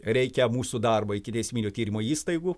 reikia mūsų darbą ikiteisminio tyrimo įstaigų